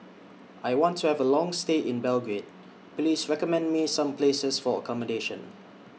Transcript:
I want to Have A Long stay in Belgrade Please recommend Me Some Places For accommodation